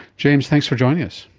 james, thanks for joining us.